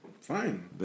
Fine